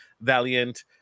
Valiant